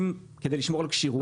כדי לשמור על כשירות ולכיבוי שריפות.